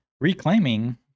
Reclaiming